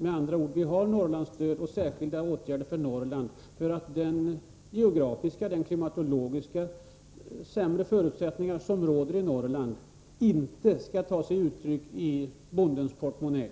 Med andra ord: Vi har Norrlandsstöd och särskilda åtgärder för Norrland för att de geografiskt och klimatologiskt sämre förutsättningar som råder i Norrland inte skall återspeglas i bondens portmonnä.